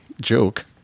joke